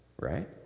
Right